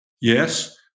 Yes